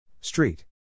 Street